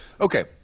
Okay